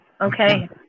Okay